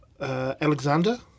Alexander